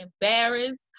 embarrassed